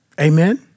Amen